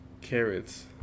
carrots